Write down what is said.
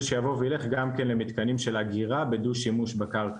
שיבוא וילך גם כן למתקנים של אגירה בדו-שימוש בקרקע.